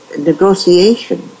negotiation